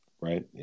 right